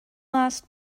last